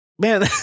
Man